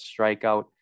strikeout